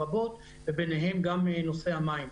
בין השאר בנושא המים.